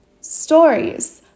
Stories